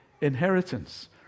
inheritance